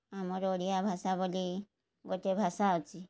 ଆମର ଓଡ଼ିଆ ଭାଷା ବୋଲି ଗୋଟିଏ ଭାଷା ଅଛି